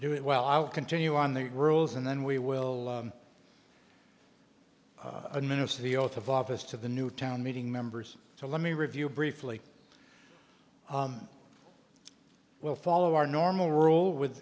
do it well i will continue on the rules and then we will administer the oath of office to the new town meeting members to let me review briefly will follow our normal rule with